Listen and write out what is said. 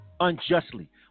Unjustly